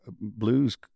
blues